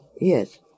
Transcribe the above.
Yes